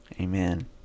Amen